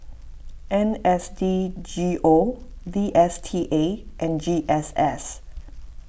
N S D G O D S T A and G S S